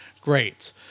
Great